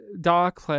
Dark